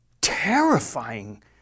terrifying